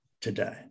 today